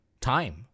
time